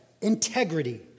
integrity